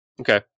Okay